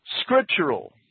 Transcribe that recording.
scriptural